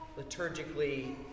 Liturgically